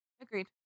Agreed